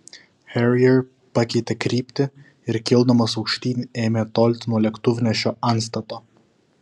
harrier pakeitė kryptį ir kildamas aukštyn ėmė tolti nuo lėktuvnešio antstato